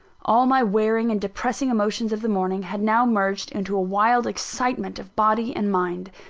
all my wearing and depressing emotions of the morning, had now merged into a wild excitement of body and mind.